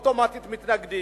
אוטומטית מתנגדים,